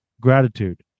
gratitude